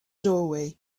doorway